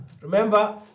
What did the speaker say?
Remember